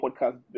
Podcast